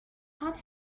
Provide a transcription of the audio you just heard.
hot